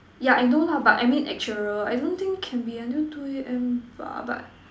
yeah I know lah but I mean actuarial I don't think can be until two A_M bah but